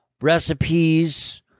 recipes